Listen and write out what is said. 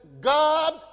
God